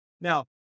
Now